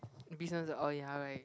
business oh ya right